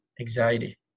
anxiety